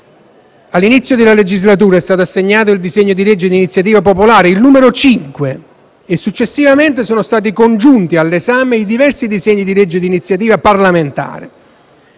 All'inizio della legislatura è stato assegnato il disegno di legge di iniziativa popolare, il numero 5, e successivamente sono stati congiunti all'esame i diversi disegni di legge di iniziativa parlamentare.